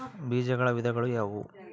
ಬೇಜಗಳ ವಿಧಗಳು ಯಾವುವು?